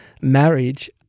marriage